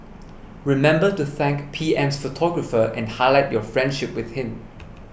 remember to thank P M's photographer and highlight your friendship with him